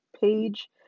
page